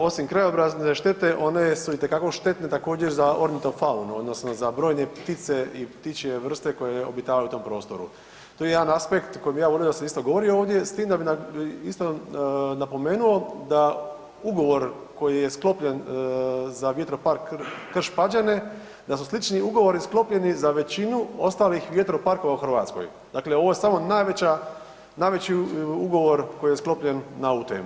Osim krajobrazne štete one su itekako štetne za ornitofaunu odnosno za brojne ptice i ptičje vrste koje obitavaju na tom prostoru, to je jedan aspekt o kojem bi ja volio da se isto govori ovdje, s tim da bi isto napomenuo da ugovor koji je sklopljen za Vjetropark Krš-Pađene da su slični ugovori sklopljeni za većinu ostalih vjetroparkova u Hrvatskoj, dakle ovo je samo najveći ugovor koji je sklopljen na ovu temu.